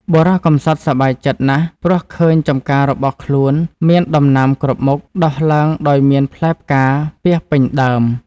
បុរសកំសត់សប្បាយចិត្ត ណាស់ ព្រោះឃើញចំការរបស់ខ្លួន មានដំណាំគ្រប់មុខ ដុះឡើងដោយមានផ្លែផ្កាពាសពេញដើម ។